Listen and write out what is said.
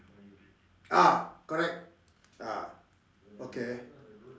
ah correct ah okay